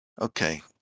Okay